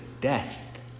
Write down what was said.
death